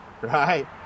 right